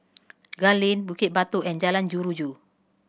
Gul Lane Bukit Batok and Jalan Jeruju